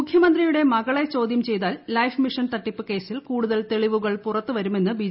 മുഖ്യമന്ത്രിയുടെ മകളെ ചോദ്യം ചെയ്താൽ ലൈഫ്മിഷൻ തട്ടിപ്പ് കേസിൽ കൂടുതൽ തെളിവുകൾ പുറത്തുവരുമെന്ന് ബി